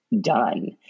done